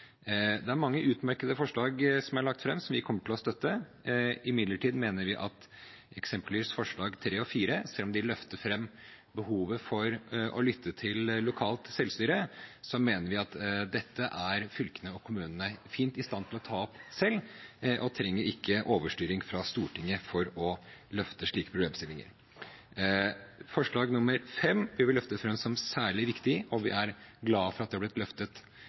Det er mange utmerkede forslag som er lagt fram som vi kommer til å støtte. Imidlertid mener vi at selv om forslagene nr. 3 og 4 løfter fram behovet for å lytte til lokalt selvstyre, er fylkene og kommunene fint i stand til å ta opp dette selv og trenger ikke overstyring fra Stortinget for å løfte slike problemstillinger. Forslag nr. 5 vil vi løfte fram som særlig viktig – vi er glad for at det har blitt løftet